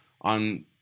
on